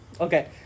Okay